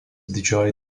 didžiojo